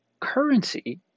Currency